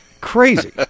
Crazy